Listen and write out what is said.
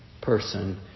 person